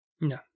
No